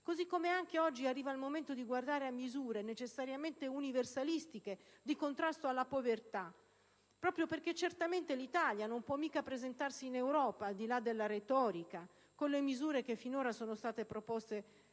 Così come oggi arriva il momento di guardare a misure necessariamente universalistiche, di contrasto alla povertà, proprio perché l'Italia non può certamente presentarsi in Europa, al di là della retorica, con le misure che finora sono state proposte